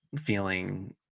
feeling